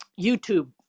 YouTube